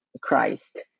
Christ